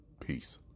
Peace